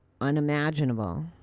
unimaginable